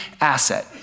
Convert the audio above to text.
asset